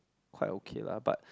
quite okay lah but